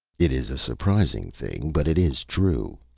it is a surprising thing, but it is true.